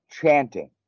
Chanting